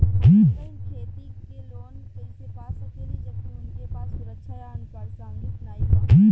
हमार बहिन खेती के लोन कईसे पा सकेली जबकि उनके पास सुरक्षा या अनुपरसांगिक नाई बा?